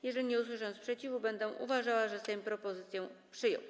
Jeżeli nie usłyszę sprzeciwu, będę uważała, że Sejm propozycję przyjął.